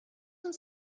uns